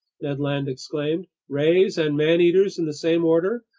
ned land exclaimed. rays and man-eaters in the same order?